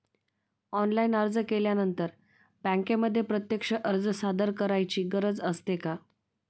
Online अर्ज केल्यानंतर बँकेमध्ये प्रत्यक्ष अर्ज सादर करायची गरज असते का?